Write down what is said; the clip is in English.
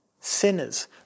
Sinners